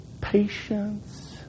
Patience